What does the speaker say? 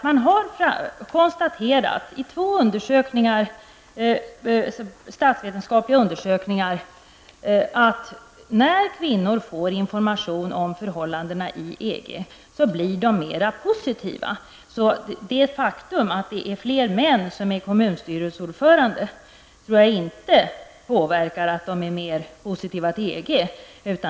Man har i två statsvetenskapliga undersökningar konstaterat att kvinnor blir mer positivt inställda när de får mer information om förhållandena i EG. Det faktum att det är fler män som är kommunstyrelseordförande tror jag inte gör att de är mer positiva till EG.